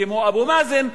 כמו אבו מאזן,